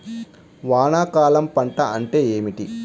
వానాకాలం పంట అంటే ఏమిటి?